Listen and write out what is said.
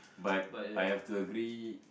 but I have to agree